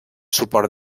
suport